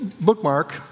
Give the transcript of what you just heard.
bookmark